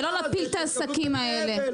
ולא להפיל את העסקים האלה,